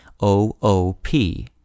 O-O-P